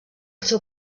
seu